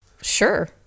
sure